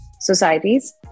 societies